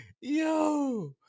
yo